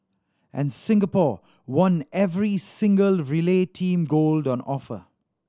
and Singapore won every single relay team gold on offer